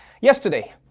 Yesterday